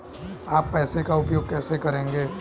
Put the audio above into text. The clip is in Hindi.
आप पैसे का उपयोग कैसे करेंगे?